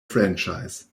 franchise